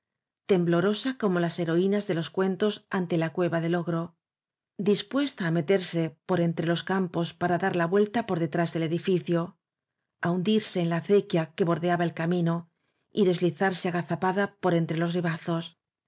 rosa como las heroínas de los cuentos ante la cueva del ogro dispuesta á meterse por entre los campos para dar la vuelta por detrás del edificio á hundirse en la acequia que bordeaba el camino y deslizarse agazapada por entre los ribazos á